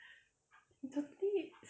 you totally